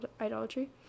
idolatry